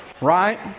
right